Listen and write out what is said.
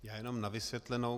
Já jenom na vysvětlenou.